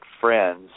friends